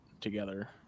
together